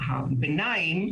הביניים,